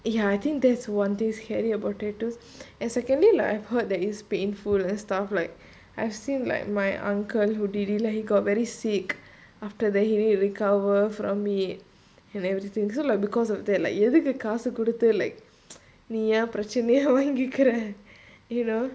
ya I think that's one thing scary about tattoos and secondly like I've heard that it's painful and stuff like I've seen like my uncle who did it like he got very sick after the heavy recover from it and everything so like because of that like எதுக்குகாசுகொடுத்து:edhuku kaasu koduthu like பிரச்னையைவாங்கிக்கிற:prachanaya vangikira you know